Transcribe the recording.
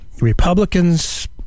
Republicans